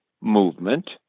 movement